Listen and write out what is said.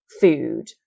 food